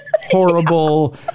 horrible